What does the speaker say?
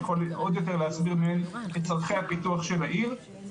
הוא יכול עוד יותר להסביר את צרכי הפיתוח של העיר.